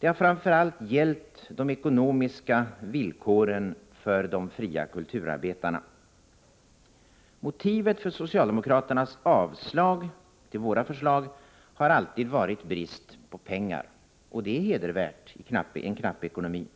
De har framför allt gällt de ekonomiska villkoren för de fria kulturarbetarna. Motivet för socialdemokraternas avslag på våra förslag har alltid varit brist på pengar — och det är hedervärt i en knapp ekonomi.